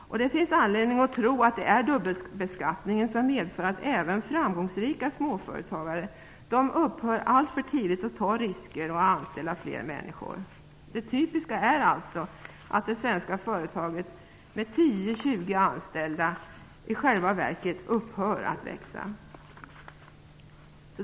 Det finns anledning att tro att dubbelbeskattningen har medfört att även framgångsrika småföretagare alltför tidigt upphör att ta risker och att anställa fler människor. Det typiska för svenska företag med 10-20 anställda är i själva verket att de upphör att växa.